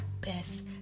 best